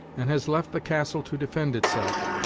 and has left the castle to defend itself.